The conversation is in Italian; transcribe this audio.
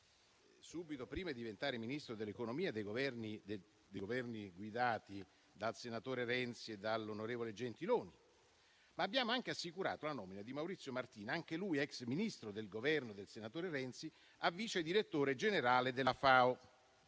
subito prima di diventare Ministro dell'economia e delle finanze dei Governi guidati dal senatore Renzi e dall'onorevole Gentiloni. Abbiamo anche assicurato la nomina di Maurizio Martina, anche lui ex Ministro del Governo del senatore Renzi, a vicedirettore generale della FAO.